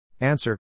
Answer